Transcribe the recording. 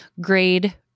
grade